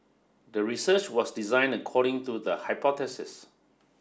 the research was designed according to the hypothesis